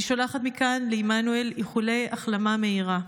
אני שולחת מכאן לעמנואל איחולי החלמה מהירה.